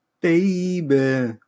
baby